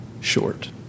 short